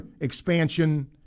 expansion